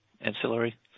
ancillary